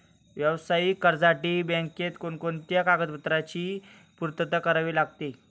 व्यावसायिक कर्जासाठी बँकेत कोणकोणत्या कागदपत्रांची पूर्तता करावी लागते?